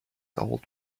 old